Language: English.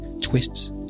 Twists